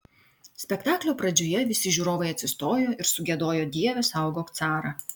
spektaklio pradžioje visi žiūrovai atsistojo ir sugiedojo dieve saugok carą